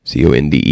Conde